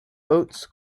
oats